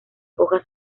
hojas